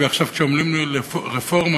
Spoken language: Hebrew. ועכשיו כשאומרים לי "רפורמה",